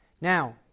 Now